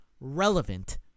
Relevant